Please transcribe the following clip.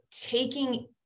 taking